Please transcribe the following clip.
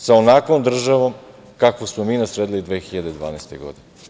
Sa onakvom državom kakvu smo mi nasledili 2012. godine.